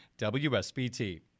WSBT